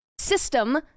...system